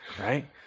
Right